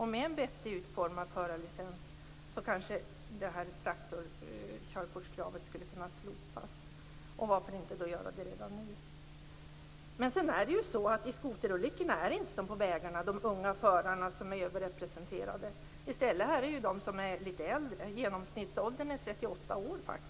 Med en vettigt utformad förarlicens kanske kravet på traktorkörkort skulle kunna slopas, och varför inte göra det redan nu? I skoterolyckorna är det inte som på vägarna de unga förarna som är överrepresenterade. I stället är det de som är litet äldre. Genomsnittsåldern är 38 år.